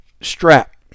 strap